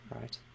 Right